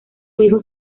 hijo